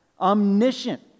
omniscient